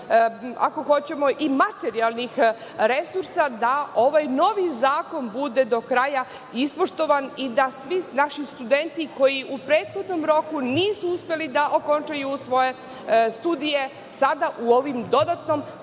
ako hoćemo i materijalnih resursa da ovaj novi zakon bude do kraja ispoštovan i da svi naši studenti koji u prethodnom roku nisu uspeli da okončaju svoje studije sada u ovom dodatnom